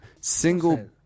single